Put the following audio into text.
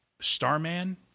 Starman